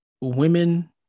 women